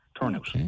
turnout